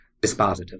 dispositive